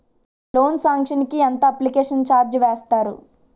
Loan sanction కి ఎంత application charge వేస్తారు?